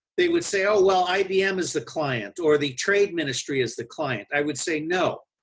they would say, oh well ibm is the client or the trade ministry is the client, i would say, no.